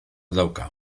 dauka